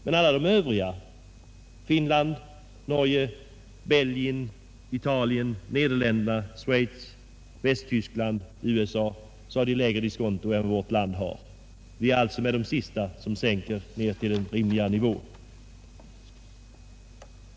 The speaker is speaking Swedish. Men alla de övriga — Finland, Norge, Belgien, Italien, Nederländerna, Schweiz, Västtyskland och USA — har lägre diskonto än vårt land har. Vi blir alltså bland de sista som sänker till en rimligare nivå.